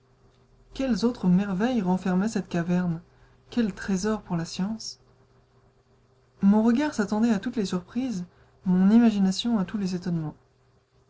quelles autres merveilles renfermait cette caverne quels trésors pour la science mon regard s'attendait à toutes les surprises mon imagination à tous les étonnements